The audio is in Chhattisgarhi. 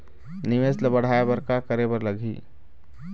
निवेश ला बढ़ाय बर का करे बर लगही?